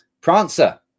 Prancer